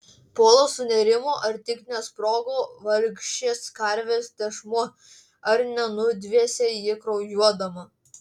polas sunerimo ar tik nesprogo vargšės karvės tešmuo ar nenudvėsė ji kraujuodama